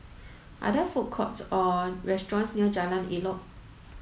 are there food courts or restaurants near Jalan Elok